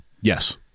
Yes